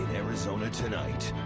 arizona tonight,